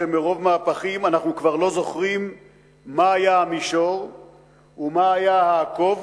שמרוב מהפכים אנחנו כבר לא זוכרים מה היה המישור ומה היה העקוב